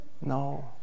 No